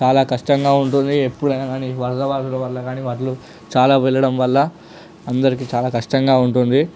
చాలా కష్టంగా ఉంటుంది ఎప్పుడైనా కాని వరద వాగులు వల్ల కాని చాలా వెళ్ళడం వల్ల అందరికీ చాలా కష్టంగా ఉంటుంది